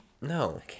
No